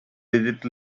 digit